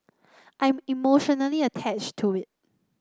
I'm emotionally attached to it